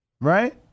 right